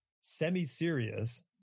semi-serious